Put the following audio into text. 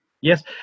Yes